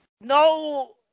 No